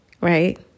right